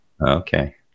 Okay